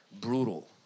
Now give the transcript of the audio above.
brutal